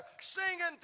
singing